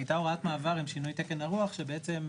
היתה הוראת מעבר לשינוי תקן הרוח שאפשר